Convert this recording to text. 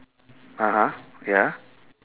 (uh huh) ya